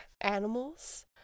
animals